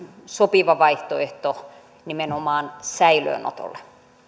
sopiva vaihtoehto nimenomaan säilöönotolle